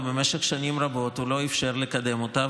ובמשך שנים רבות הוא לא אפשר לקדם אותה,